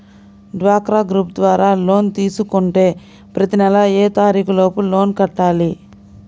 డ్వాక్రా గ్రూప్ ద్వారా లోన్ తీసుకుంటే ప్రతి నెల ఏ తారీకు లోపు లోన్ కట్టాలి?